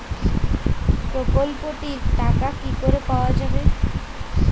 প্রকল্পটি র টাকা কি করে পাওয়া যাবে?